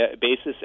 basis